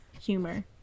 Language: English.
humor